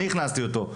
אני הכנסתי אותו.